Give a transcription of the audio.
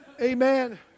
Amen